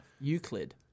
Euclid